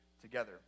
together